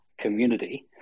community